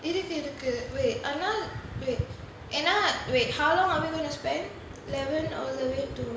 இருக்கு இருக்கு:iruku iruku wait amal wait அண்ணா:annaa wait how long are we going to spend eleven all the way to